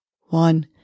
One